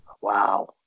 Wow